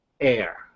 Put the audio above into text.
air